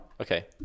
okay